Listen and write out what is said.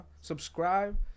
Subscribe